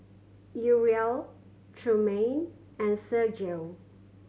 Uriel Trumaine and Sergio